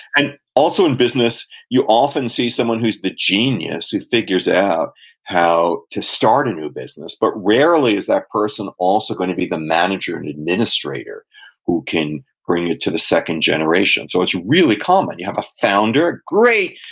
and also in business, you often see someone who's the genius, who figures out how to start a new business, but rarely is that person also going to be the manager and administrator who can bring it to the second generation. so it's really common you have a founder, great,